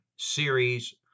series